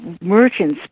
merchants